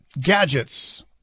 gadgets